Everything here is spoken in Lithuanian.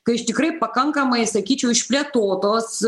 kai aš tikrai pakankamai sakyčiau išplėtotos